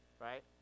right